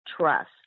trust